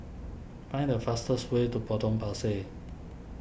find the fastest way to Potong Pasir